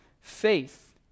faith